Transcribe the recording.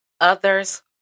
others